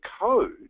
code